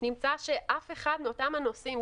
נמצא שאף אחד מאותם הנוסעים,